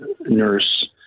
nurse